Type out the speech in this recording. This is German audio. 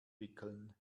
wickeln